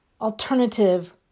alternative